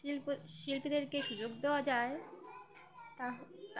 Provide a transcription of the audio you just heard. শিল্প শিল্পীদেরকে সুযোগ দেওয়া যায় তাহ